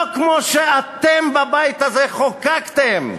לא כמו שאתם בבית הזה חוקקתם,